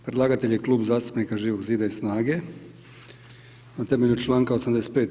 Predlagatelj je Klub zastupnika Živog zida i SNAGA-e na temelju čl. 85.